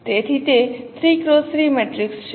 તેથી તે 3 X 3 matrix છે